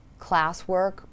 classwork